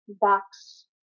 box